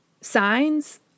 signs